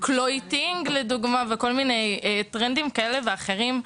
יש את הטרנד של ׳קלואי טינג׳ ועוד כל מיני טרנדים כאלה ואחרים,